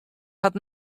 hat